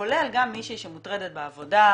כולל גם מישהי שמוטרדת בעבודה,